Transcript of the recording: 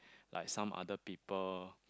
like some other people